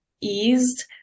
eased